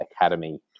Academy